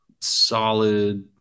solid